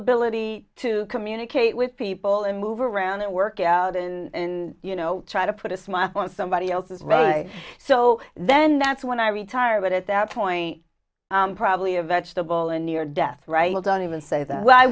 ability to communicate with people and move around and work out in you know try to put a smile on somebody else's right so then that's when i retire but at that point probably a vegetable in near death right will don't even say that i